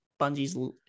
bungie's